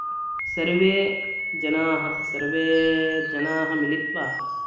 सर्वे जनाः सर्वे जनाः मिलित्वा